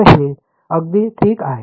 तर हे अगदी ठीक आहे